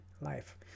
life